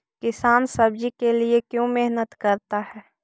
किसान सब्जी के लिए क्यों मेहनत करता है?